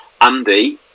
Andy